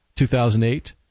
2008